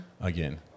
Again